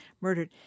murdered